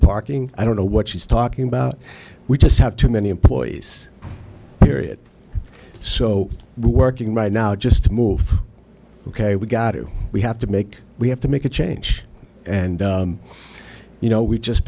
parking i don't know what she's talking about we just have too many employees period so we're working right now just to move ok we've got to we have to make we have to make a change and you know we've just